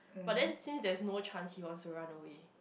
but then since there's no chance he wants to run away